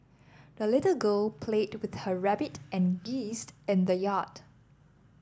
the little girl played with her rabbit and geese in the yard